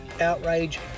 outrage